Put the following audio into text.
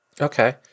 okay